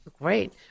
Great